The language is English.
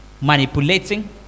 manipulating